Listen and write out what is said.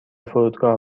فرودگاه